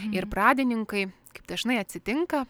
ir pradininkai kaip dažnai atsitinka